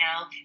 now